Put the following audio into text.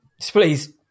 Please